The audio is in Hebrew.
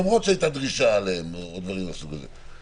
למרות שהייתה דרישה על דברים מהסוג הזה.